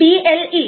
BLE 4